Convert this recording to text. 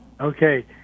Okay